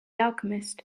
alchemist